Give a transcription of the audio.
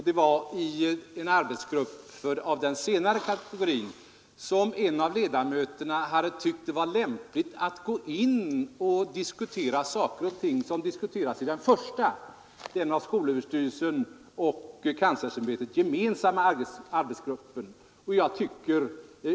Det var i en arbetsgrupp av den senare kategorin som en av ledamöterna hade tyckt det var lämpligt att diskutera saker och ting som diskuterades i den första, den för skolöverstyrelsen och kanslersämbetet gemensamma arbetsgruppen.